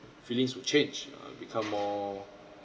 feelings will change uh become more